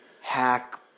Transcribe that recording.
hack